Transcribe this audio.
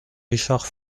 richard